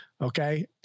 Okay